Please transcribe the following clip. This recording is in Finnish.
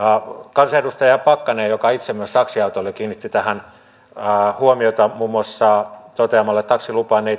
kansanedustaja pakkanen joka on itse myös taksiautoilija kiinnitti tähän huomiota muun muassa toteamalla että taksilupaan ei